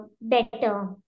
better